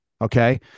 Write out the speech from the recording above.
Okay